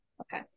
Okay